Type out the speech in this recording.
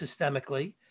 systemically